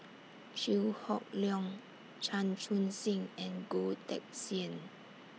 Chew Hock Leong Chan Chun Sing and Goh Teck Sian